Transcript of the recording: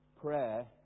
prayer